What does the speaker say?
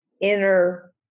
inner